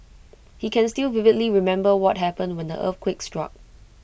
he can still vividly remember what happened when the earthquake struck